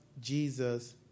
Jesus